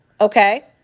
Okay